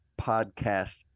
podcast